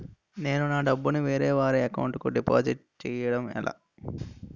నేను నా డబ్బు ని వేరే వారి అకౌంట్ కు డిపాజిట్చే యడం ఎలా?